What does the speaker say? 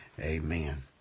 amen